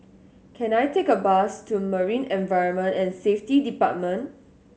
can I take a bus to Marine Environment and Safety Department